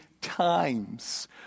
times